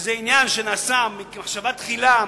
שזה עניין שנעשה במחשבה תחילה,